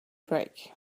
break